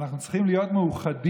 אנחנו צריכים להיות מאוחדים